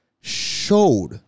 showed